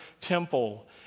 temple